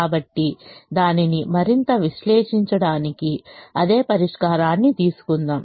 కాబట్టి దానిని మరింత విశ్లేషించడానికి అదే పరిష్కారాన్ని తీసుకుందాం